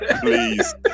Please